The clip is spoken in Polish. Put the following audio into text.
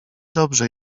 dobrze